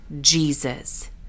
Jesus